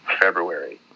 february